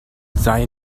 sei